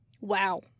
Wow